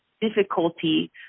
difficulty